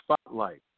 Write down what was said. spotlight